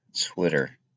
Twitter